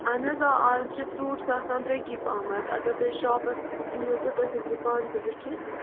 اَہَن حظ آ اَز چھِ فرٛوٗٹٕس آسان درٛۅگی پَہم اَگر تُہۍ شاپَس پٮ۪ٹھ یِیِو تہٕ تُہۍ ہیٚکِو پانہٕ تہِ وُچھِتھ